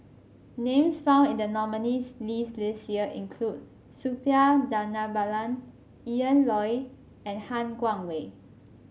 names found in the nominees' list this year include Suppiah Dhanabalan Loy and Han Guangwei